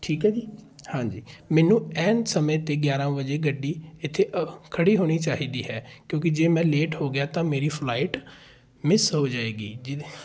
ਠੀਕ ਹੈ ਜੀ ਹਾਂਜੀ ਮੈਨੂੰ ਐਨ ਸਮੇਂ 'ਤੇ ਗਿਆਰਾਂ ਵਜੇ ਗੱਡੀ ਇੱਥੇ ਅ ਖੜ੍ਹੀ ਹੋਣੀ ਚਾਹੀਦੀ ਹੈ ਕਿਉਂਕਿ ਜੇ ਮੈਂ ਲੇਟ ਹੋ ਗਿਆ ਤਾਂ ਮੇਰੀ ਫਲਾਈਟ ਮਿਸ ਹੋ ਜਾਵੇਗੀ ਜਿਹਦੇ